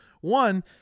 One